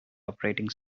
operating